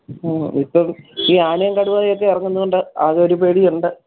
ആ വിട്ടേക്ക് ഈ ആനയും കടുവയൊക്കെ ഇറങ്ങുന്നതു കൊണ്ട് ആകെയൊരു പേടിയുണ്ട്